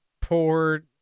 poor